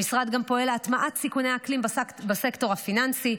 המשרד גם פועל להטמעת סיכוני אקלים בסקטור הפיננסי,